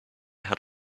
had